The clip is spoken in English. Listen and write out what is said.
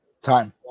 Time